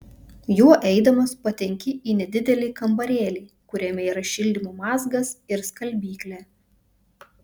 juo eidamas patenki į nedidelį kambarėlį kuriame yra šildymo mazgas ir skalbyklė